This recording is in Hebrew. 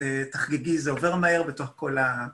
תחגגי זה עובר מהר בתוך כל ה...